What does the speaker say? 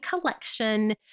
collection